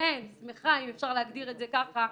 אם אפשר להגדיר את זה ככה,